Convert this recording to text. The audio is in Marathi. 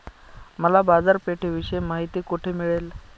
मला बाजारपेठेविषयी माहिती कोठे मिळेल?